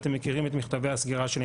ואתם מכירים את מכתבי הסגירה שלי,